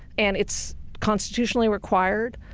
and it's constitutionally required,